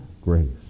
grace